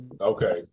Okay